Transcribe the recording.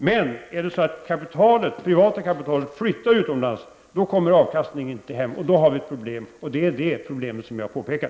Men om det privata kapitalet flyttar utomlands, då kommer avkastningen inte hem. Detta leder till problem, och de problemen har jag påpekat.